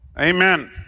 Amen